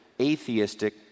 atheistic